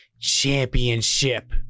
Championship